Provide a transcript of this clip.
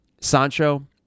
Sancho